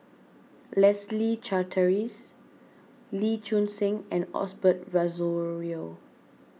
Leslie Charteris Lee Choon Seng and Osbert Rozario